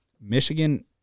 Michigan